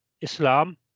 Islam